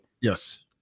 Yes